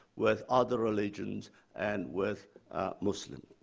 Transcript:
with other religions and with muslim.